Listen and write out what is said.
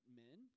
men